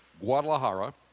Guadalajara